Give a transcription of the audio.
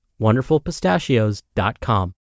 wonderfulpistachios.com